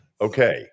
Okay